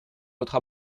votre